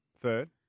third